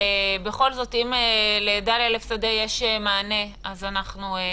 בכל זאת, אם לדליה לב שדה יש מענה אז נשמח לשמוע.